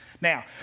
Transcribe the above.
Now